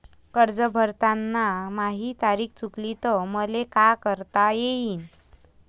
कर्ज भरताना माही तारीख चुकली तर मले का करता येईन?